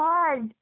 God